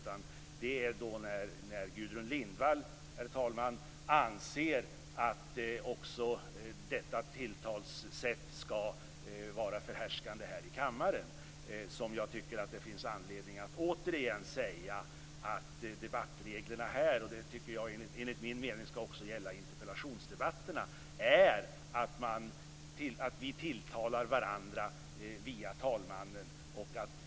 Men när Gudrun Lindvall anser att också detta tilltalssätt skall vara förhärskande här i kammaren tycker jag att det finns anledning att återigen säga att debattreglerna här, vilka enligt min mening skall gälla även vid interpellationsdebatterna, innebär att vi tilltalar varandra via talmannen.